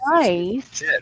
nice